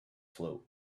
float